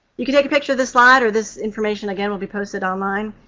you can take a picture of this slide, or this information, again, will be posted online.